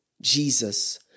Jesus